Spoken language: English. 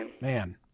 man